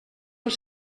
els